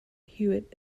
hewitt